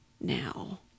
now